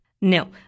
no